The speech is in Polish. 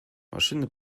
maszyny